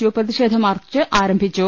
U പ്രതിഷേധ march ആരംഭിച്ചു